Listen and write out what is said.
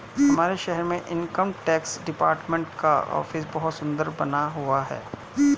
हमारे शहर में इनकम टैक्स डिपार्टमेंट का ऑफिस बहुत सुन्दर बना हुआ है